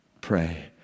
pray